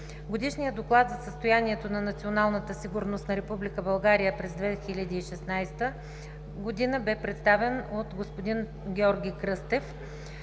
„Годишният доклад за състоянието на националната сигурност на Република България през 2016 г. бе представен от господин Георги Кръстев.